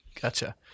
Gotcha